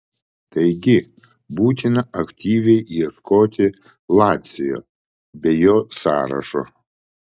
taigi būtina aktyviai ieškoti lacio bei jo sąrašo